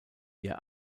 ihr